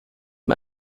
mir